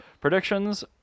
predictions